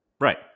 Right